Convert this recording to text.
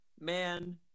man